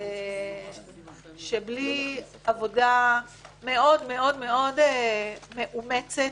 שבלי עבודה מאוד מאומצת,